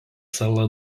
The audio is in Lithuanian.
sala